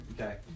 Okay